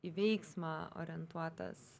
į veiksmą orientuotas